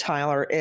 Tyler